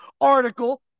article